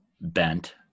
bent